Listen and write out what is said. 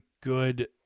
good